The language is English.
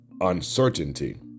uncertainty